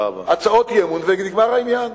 הצעות אי-אמון, ונגמר העניין.